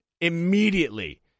immediately